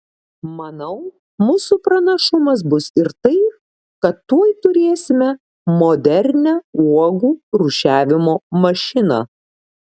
manau mūsų pranašumas bus ir tai kad tuoj turėsime modernią uogų rūšiavimo mašiną